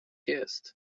jest